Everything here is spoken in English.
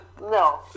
no